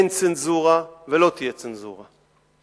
אין צנזורה ולא תהיה צנזורה.